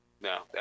No